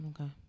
okay